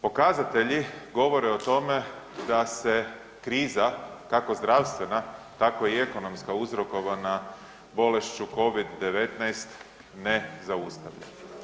Pokazatelji govore o tome da se kriza kako zdravstvena, tako i ekonomska uzrokovana bolešću Covid-19 ne zaustavlja.